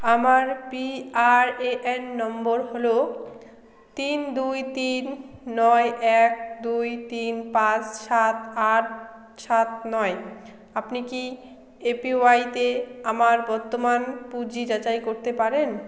আমার PRAN number হলো তিন দুই তিন নয় এক দুই তিন পাঁচ সাত আট সাত নয় আপনি কি এপিওয়াইতে আমার বর্তমান পুঁজি যাচাই করতে পারেন